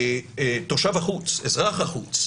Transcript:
תושב החוץ, אזרח החוץ,